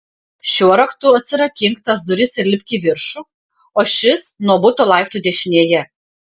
šiuo raktu atsirakink tas duris ir lipk į viršų o šis nuo buto laiptų dešinėje